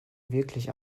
wirklich